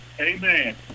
amen